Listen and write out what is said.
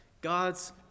God's